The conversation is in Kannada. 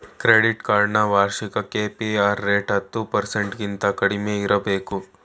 ಕ್ರೆಡಿಟ್ ಕಾರ್ಡ್ ನ ವಾರ್ಷಿಕ ಕೆ.ಪಿ.ಆರ್ ರೇಟ್ ಹತ್ತು ಪರ್ಸೆಂಟಗಿಂತ ಕಡಿಮೆ ಇರಬೇಕು